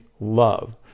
love